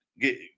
get –